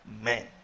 men